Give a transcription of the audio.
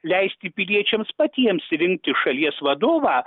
leisti piliečiams patiems rinkti šalies vadovą